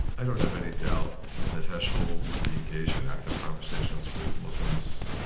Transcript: i don't have any doubt that heschel would be engaged in active conversations with muslims,